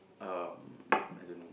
um I don't know